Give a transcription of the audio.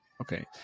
okay